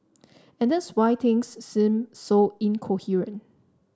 and that's why things seem so incoherent